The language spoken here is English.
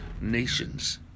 nations